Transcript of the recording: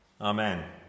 Amen